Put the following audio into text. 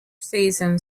season